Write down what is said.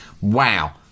wow